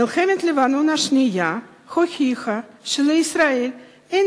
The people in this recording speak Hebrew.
מלחמת לבנון השנייה הוכיחה שלישראל אין